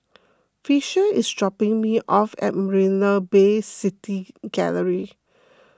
Fisher is dropping me off at Marina Bay City Gallery